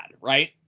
Right